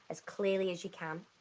as clearly as you can.